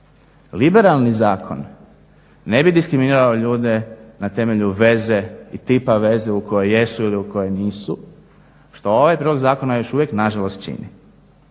Liberalni zakon ne bi diskriminirao ljude na temelju i tipa veze u kojoj jesu ili u kojoj nisu što ovaj prijedlog zakona još uvijek nažalost čini.